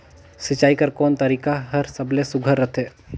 सिंचाई कर कोन तरीका हर सबले सुघ्घर रथे?